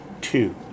two